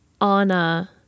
Anna